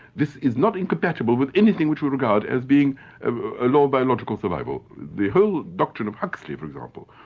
this is not incompatible with anything which we regard as being a law of biological survival. the whole doctrine of huxley for example,